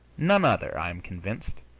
none other, i am convinced,